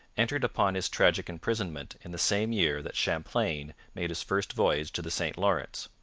entered upon his tragic imprisonment in the same year that champlain made his first voyage to the st lawrence.